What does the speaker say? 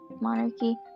monarchy